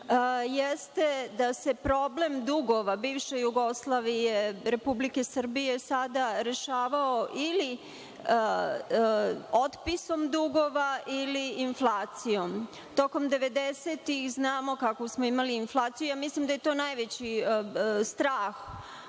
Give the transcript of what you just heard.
jeste da se problem dugova bivše Jugoslavije, Republike Srbije sada rešavao ili otpisom dugova ili inflacijom. Tokom 90-ih znamo kakvu smo imali inflaciju. Mislim da je to najveći strah